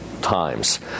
times